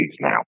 now